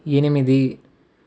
ఎనిమిది